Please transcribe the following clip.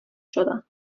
شدم